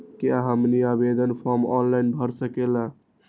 क्या हमनी आवेदन फॉर्म ऑनलाइन भर सकेला?